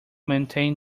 maintain